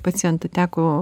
pacientą teko